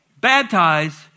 Baptized